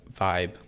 vibe